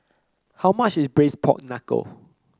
how much is Braised Pork Knuckle